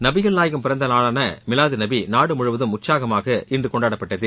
நபிகள் நாயகம் பிறந்த நாளான மிலாது நபி நாடு முழுவதும் உற்சாகமாக இன்று கொண்டாடப்படுகிறது